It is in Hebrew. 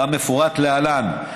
כמפורט להלן: